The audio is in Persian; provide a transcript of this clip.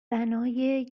بنای